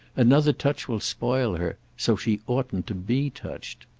another touch will spoil her so she oughtn't to be touched.